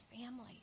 family